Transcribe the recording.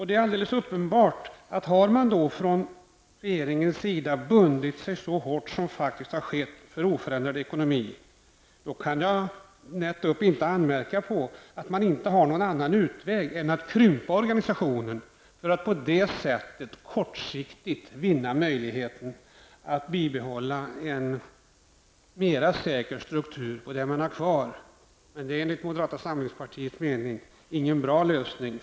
Det är alldeles uppenbart att om regeringen har bundit sig så hårt som faktiskt har skett för oförändrad ekonomi, då kan jag nätt upp inte anmärka på att regeringen inte har någon annan utväg än att krympa organisationen för att på det sättet kortsiktigt vinna möjligheten att bibehålla en mera säker struktur på det som finns kvar. Det är enligt moderata samlingspartiets mening ingen bra lösning.